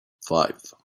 five